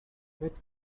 what